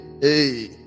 hey